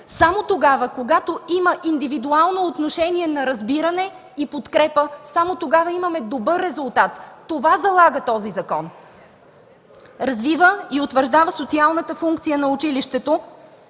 Само когато има индивидуално отношение на разбиране и подкрепа, само тогава имаме добър резултат. Това залага този закон – развива и утвърждава социалната функция на училището,